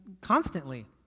constantly